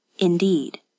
Indeed